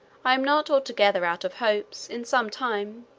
i am not altogether out of hopes, in some time,